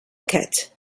cat